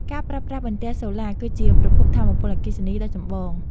ការប្រើប្រាស់បន្ទះសូឡាគឺជាប្រភពថាមពលអគ្គិសនីដ៏ចម្បង។